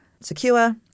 secure